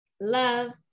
love